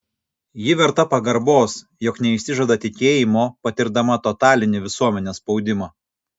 ji verta pagarbos jog neišsižada tikėjimo patirdama totalinį visuomenės spaudimą